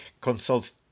consoles